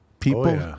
People